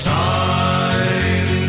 time